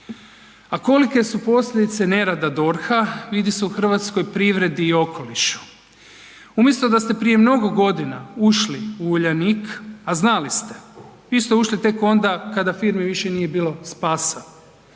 A kolike su posljedice nerada DORH-a vidi se u hrvatskoj privredi i okolišu, umjesto da ste prije mnogo godina ušli u Uljanik, a znali ste, vi ste ušli tek onda kada firmi više nije bilo spasa,